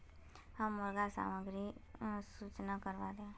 हम मुर्गा सामग्री की सूचना करवार?